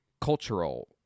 cultural